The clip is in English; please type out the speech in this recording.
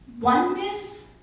Oneness